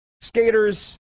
skaters